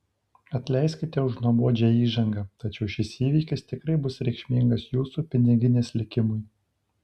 atleiskite už nuobodžią įžangą tačiau šis įvykis tikrai bus reikšmingas jūsų piniginės likimui